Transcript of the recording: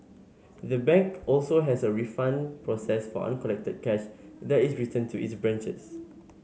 the bank also has a refund process for uncollected cash that is returned to its branches